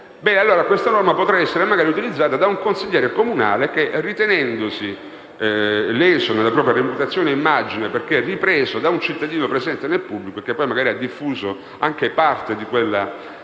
del Comune. Questa norma potrà allora essere utilizzata da un consigliere comunale che, ritenendosi leso nella propria reputazione e immagine perché ripreso da un cittadino presente nel pubblico, che poi magari ha diffuso anche parte di un